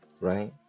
right